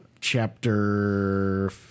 Chapter